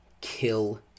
kill